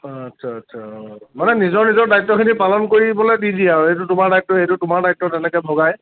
আচ্ছা আচ্ছা অঁ মানে নিজৰ নিজৰ দায়িত্বখিনি পালন কৰিবলৈ দি দিয়ে আৰু এইটো তোমাৰ দায়িত্ব এইটো তোমাৰ দায়িত্ব তেনেকৈ ভগায়